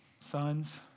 sons